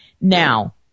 Now